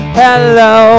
hello